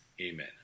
Amen